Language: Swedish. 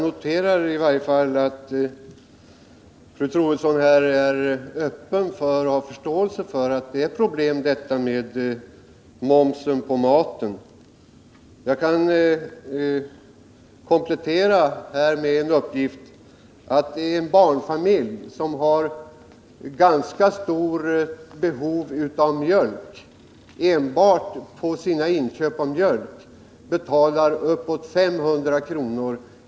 Herr talman! Jag noterar att fru Troedsson i varje fall har förståelse för att detta med momsen på mat är ett problem. Jag kan komplettera med uppgiften att en barnfamilj som har ganska stort behov av mjölk betalar uppåt 500 kr.